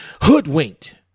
hoodwinked